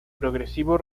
progresivo